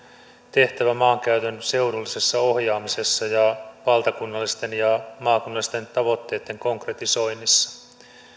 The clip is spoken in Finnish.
tehtävä maankäytön seudullisessa ohjaamisessa ja valtakunnallisten ja maakunnallisten tavoitteitten konkretisoinnissa